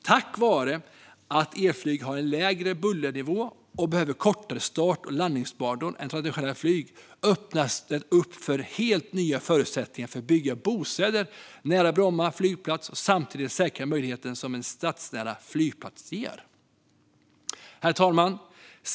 Tack vare att elflyg har en lägre bullernivå och behöver kortare start och landningsbanor än traditionellt flyg öppnas det upp för helt nya förutsättningar att bygga bostäder nära Bromma flygplats och samtidigt säkra den möjlighet som en stadsnära flygplats ger. Herr talman!